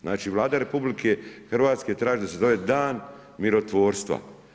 Znači Vlada RH traži da se zove dan mirotvorstva.